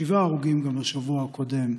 שבעה הרוגים גם בשבוע הקודם.